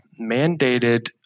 mandated